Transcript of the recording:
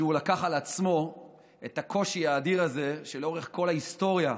הוא לקח על עצמו את הקושי האדיר הזה לאורך כל ההיסטוריה,